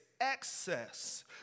excess